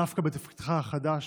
דווקא בתפקידך החדש: